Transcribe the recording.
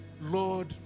Lord